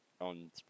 on